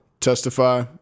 testify